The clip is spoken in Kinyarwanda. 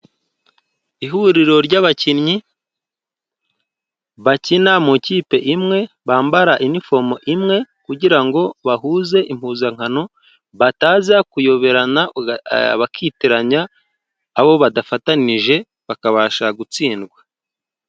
Ihuriro ry'abakinnyi bakina mu kipe imwe bambara iniefomo imwe kugira ngo bahuze impuzankano bataza kuyoberana bakitiranya abo badafatanije bakabasha gutsindwa.